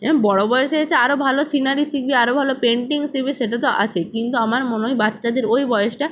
এরকম বড় বয়সে হচ্ছে আরো ভালো সিনারি শিখবে আরো ভালো পেন্টিং শিখবে সেটা তো আছেই কিন্তু আমার মনে হয় বাচ্চাদের ওই বয়সটা